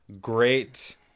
Great